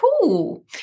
cool